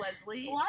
leslie